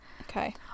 okay